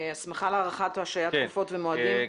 הסמכה להארכה או השהיית תקופות ומועדים,